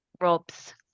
Rob's